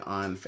on